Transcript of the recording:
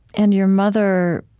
and your mother,